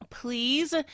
Please